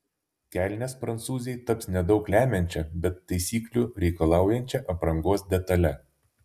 kelnės prancūzei taps nedaug lemiančia bet taisyklių reikalaujančia aprangos detale